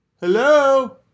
Hello